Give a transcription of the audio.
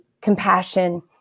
compassion